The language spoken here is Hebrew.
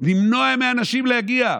למנוע מאנשים להגיע.